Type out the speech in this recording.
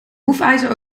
hoefijzer